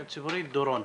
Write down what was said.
הציבורית, דורון.